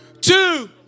two